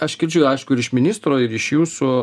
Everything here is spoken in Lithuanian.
aš girdžiu aišku ir iš ministro ir iš jūsų